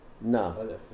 No